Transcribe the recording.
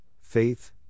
faith